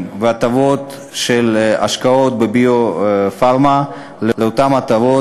וההטבות של השקעות בביו-פארמה לאותן הטבות